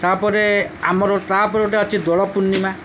ତା'ପରେ ଆମର ତା'ପରେ ଗୋଟେ ଅଛି ଦୋଳ ପୂର୍ଣ୍ଣିମା